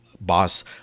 boss